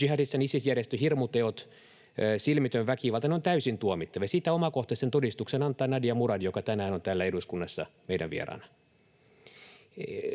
jihadistisen Isis-järjestön hirmuteot, silmitön väkivalta, ovat täysin tuomittavia. Siitä omakohtaisen todistuksen antaa Nadia Murad, joka tänään on täällä eduskunnassa meidän vieraanamme.